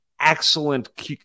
excellent